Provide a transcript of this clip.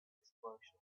explosion